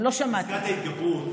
פסקת ההתגברות,